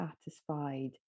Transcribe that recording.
satisfied